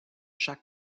chaque